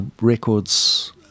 Records